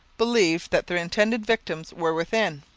believed that their intended victims were within.